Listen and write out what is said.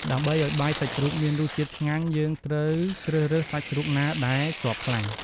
ដើម្បីឱ្យបាយសាច់ជ្រូកមានរសជាតិឆ្ងាញ់ យើងត្រូវជ្រើសរើសសាច់ជ្រូកណាដែលជាប់ខ្លាញ់។